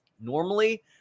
Normally